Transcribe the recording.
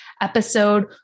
episode